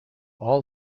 all